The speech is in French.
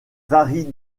varie